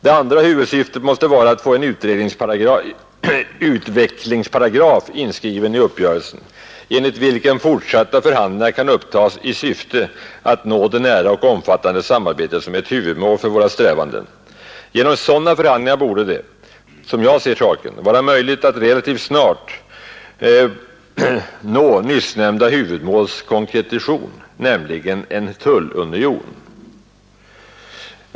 Det andra huvudsyftet måste vara att få en utvecklingsparagraf inskriven i uppgörelsen, enligt vilken fortsatta förhandlingar kan upptas i syfte att nå det nära och omfattande samarbete som är ett huvudmål för våra strävanden. Genom sådana förhandlingar borde det — som jag ser saken — vara möjligt att relativt snart nå nyssnämnda huvudmåls konkretion, nämligen en tullunion.